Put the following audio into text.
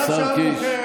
סגן השר קיש,